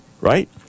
right